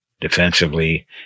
defensively